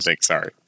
Sorry